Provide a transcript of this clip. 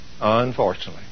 Unfortunately